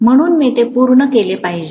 म्हणून मी ते पूर्ण केले पाहिजे